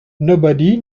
nobody